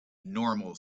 normal